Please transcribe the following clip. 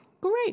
Great